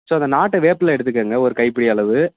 so அந்த நாட்டு வேப்பில எடுத்துக்கோங்க ஒரு கைப்பிடி அளவு